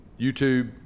YouTube